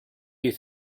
you